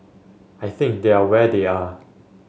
I think they are where they are